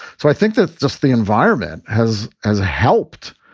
so i think that just the environment has has helped.